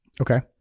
Okay